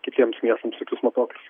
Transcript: kitiems miestams tokius matuoklius